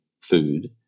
food